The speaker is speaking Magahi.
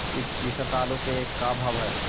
इ सप्ताह आलू के का भाव है?